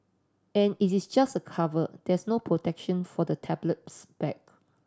an it is just a cover there's no protection for the tablet's back